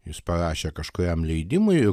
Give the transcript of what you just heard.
jis parašė kažkuriam leidimui